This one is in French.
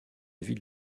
ville